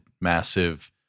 massive